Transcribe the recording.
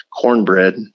cornbread